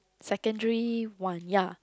secondary one ya